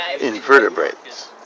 Invertebrates